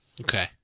Okay